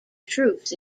troops